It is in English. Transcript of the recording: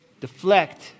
deflect